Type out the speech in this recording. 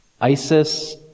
ISIS